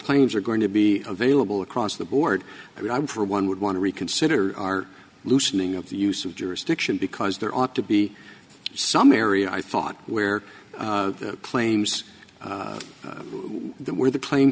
claims are going to be available across the board i mean i'm for one would want to reconsider our loosening of the use of jurisdiction because there ought to be some area i thought where the claims that were the cla